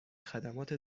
خدمات